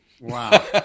Wow